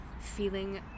feeling